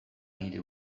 nire